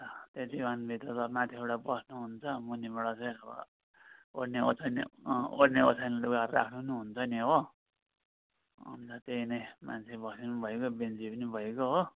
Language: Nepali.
त्यो दिवानभित्र त माथिबाट बस्नु हुन्छ मुनिबाट चाहिँ अब ओड्ने ओछ्याउने अँ ओड्ने ओछ्याउने लुगाहरू राख्नु नि हुन्छ नि हो अन्त त्यही नै मान्छे बस्नु नि भइगयो बेन्ची पनि भइगयो हो